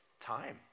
Time